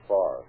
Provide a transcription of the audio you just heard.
Far